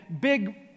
big